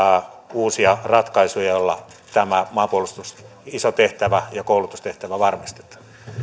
uusia ratkaisuja joilla tämä maanpuolustuksen iso tehtävä ja koulutustehtävä varmistetaan